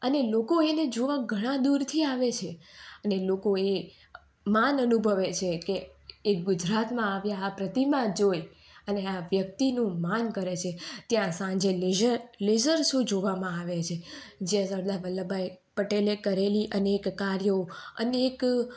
અને લોકો એને જોવા ઘણા દૂરથી આવે છે અને લોકો એ માન અનુભવે છે કે એ ગુજરાતમાં આવ્યા આ પ્રતિમા જોઈ અને આ વ્યક્તિનું માન કરે છે ત્યાં સાંજે લેજર લેઝર શો જોવામાં આવે છે જે સરદાર વલ્લભભાઈ પટેલે કરેલી અનેક કાર્યો અનેક